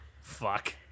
Fuck